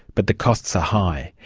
but the costs are high.